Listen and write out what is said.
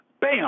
Bam